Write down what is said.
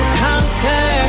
conquer